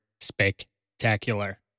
spectacular